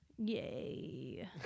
Yay